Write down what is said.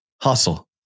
Hustle